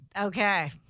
Okay